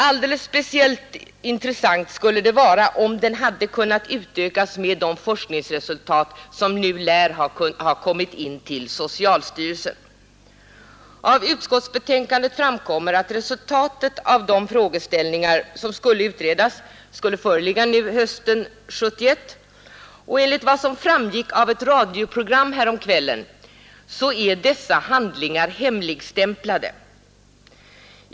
Alldeles speciellt intressant skulle det vara om den hade kunnat utökas med de forskningsresultat som nu lär ha kommit in till socialstyrelsen. Av utskottets betänkande framgår att resultatet av de frågeställningar som skulle utredas skulle föreligga hösten 1971, och enligt vad som framgick av ett radioprogram häromkvällen är dessa handlingar hemligstämplade.